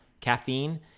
caffeine